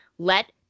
Let